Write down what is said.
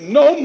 no